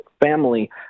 family